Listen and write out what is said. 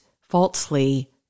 falsely